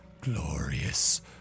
glorious